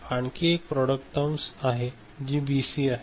आणि आणखी एक प्रॉडक्ट टर्म आहे जी बीसी आहे